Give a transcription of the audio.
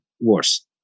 worse